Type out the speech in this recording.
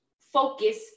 focus